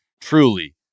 truly